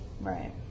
Right